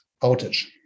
outage